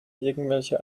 irgendwelche